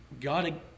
God